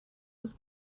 was